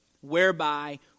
whereby